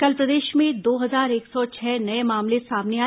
कल प्रदेश में दो हजार एक सौ छह नये मामले सामने आए